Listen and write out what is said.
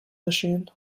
machine